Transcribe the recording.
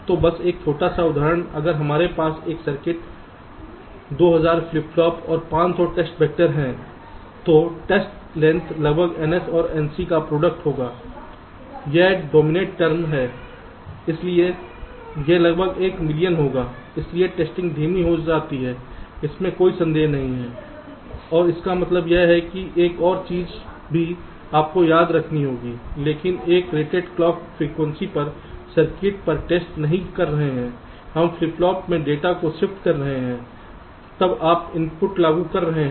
तो बस एक छोटा सा उदाहरण अगर हमारे पास एक सर्किट 2000 फ्लिप फ्लॉप और 500 टेस्ट वैक्टर हैं तो टेस्ट लेंथ लगभग ns और nc का प्रोडक्ट होगा यह डोमिनेंट टर्म है इसलिए यह लगभग एक मिलियन होगा इसलिए टेस्टिंग धीमी हो जाती है इसमें कोई संदेह नहीं है और इसका मतलब यह है कि एक और चीज भी आपको याद रखनी चाहिए लेकिन हम रेटेड क्लॉक फ्रिकवेंसी पर सर्किट पर टेस्ट नहीं कर रहे हैं हम फ्लिप फ्लॉप में डेटा में शिफ्ट कर रहे हैं तब आप इनपुट लागू कर रहे हैं और आउटपुट देख रहे हैं